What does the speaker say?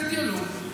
נייצר דיאלוג.